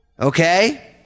Okay